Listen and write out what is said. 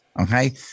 Okay